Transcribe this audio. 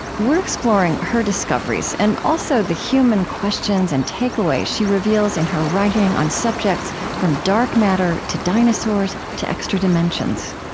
we're exploring her discoveries and, also, the human questions and takeaways she reveals in her writing on subjects from dark matter to dinosaurs to extra dimensions